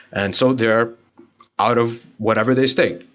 and so they are out of whatever they stake.